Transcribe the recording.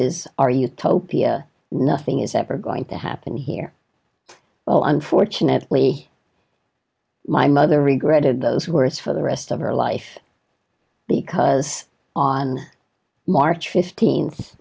is our utopia nothing is ever going to happen here oh unfortunately my mother regretted those words for the rest of her life because on march fifteen